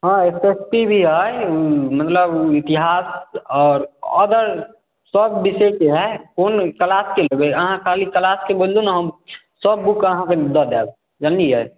हँ ओ टेस्टी भी है मतलब इतिहास आओर अदर सब बिषयके है कोन क्लासके लेबै आहाँ खाली क्लासके बोलिऔ ने हम सब बुक अहाँके दऽ देब जनलियै